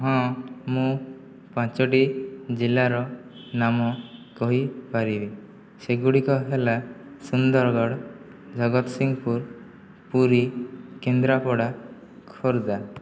ହଁ ମୁଁ ପାଞ୍ଚଟି ଜିଲ୍ଲାର ନାମ କହିପାରିବି ସେଗୁଡ଼ିକ ହେଲା ସୁନ୍ଦରଗଡ଼ ଜଗତସିଂହପୁର ପୁରୀ କେନ୍ଦ୍ରାପଡ଼ା ଖୋର୍ଦ୍ଧା